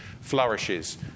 flourishes